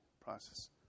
process